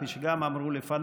כפי שגם אמרו לפניי,